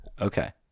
Okay